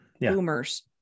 boomers